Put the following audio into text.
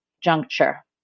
juncture